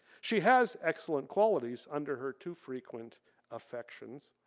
she has excellent qualities under her too frequent affections.